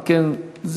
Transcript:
אם כן,